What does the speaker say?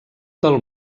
del